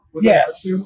Yes